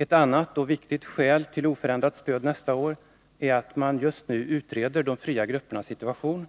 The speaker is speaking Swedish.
Ett annat och viktigt skäl till oförändrat stöd nästa år är att man just nu utreder de fria gruppernas situation